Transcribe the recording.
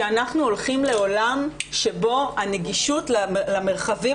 שאנחנו הולכים לעולם שבו הנגישות למרחבים